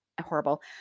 horrible